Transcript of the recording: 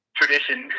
tradition